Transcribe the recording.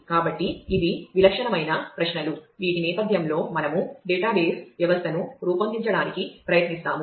కాబట్టి ఇవి విలక్షణమైన ప్రశ్నలు వీటి నేపథ్యంలో మనము డేటాబేస్ వ్యవస్థను రూపొందించడానికి ప్రయత్నిస్తాము